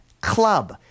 club